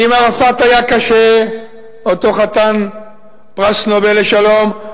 ועם ערפאת היה קשה, אותו חתן פרס נובל לשלום.